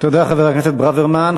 תודה, חבר הכנסת ברוורמן.